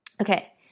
Okay